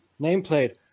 nameplate